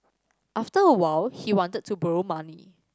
after a while he wanted to borrow money